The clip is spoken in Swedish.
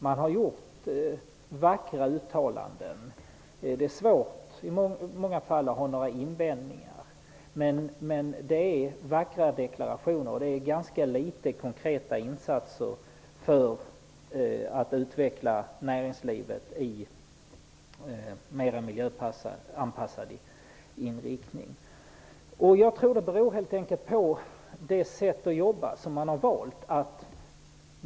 Man har gjort vackra uttalanden, som det i många fall är svårt att ha några invändningar mot, men det är fråga om vackra deklarationer med ganska litet av konkreta insatser för en utveckling av näringslivet i en mer miljöanpassad inriktning. Jag tror att det helt enkelt beror på det sätt som regeringen har valt att jobba på.